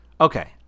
Okay